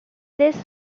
this